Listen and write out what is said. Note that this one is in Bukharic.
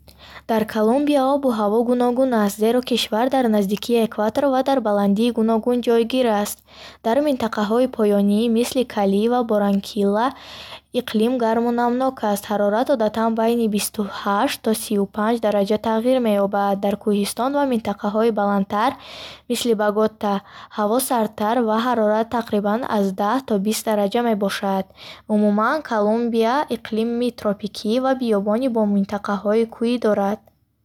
Дар Колумбия обу ҳаво гуногун аст, зеро кишвар дар наздикии экватор ва дар баландии гуногун ҷойгир аст. Дар минтақаҳои поёнӣ, мисли Кали ва Барранкилла, иқлим гарму намнок аст, ҳарорат одатан байни бисту ҳашт то сию панҷ дараҷа тағйир меёбад. Дар кӯҳистон ва минтақаҳои баландтар, мисли Богота, ҳаво сардтар аст ва ҳарорат тақрибан аз даҳ то бист дараҷа мебошад. Умуман, Колумбия иқлими тропикӣ ва биёбонӣ бо минтақаҳои кӯҳӣ дорад.